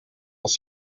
als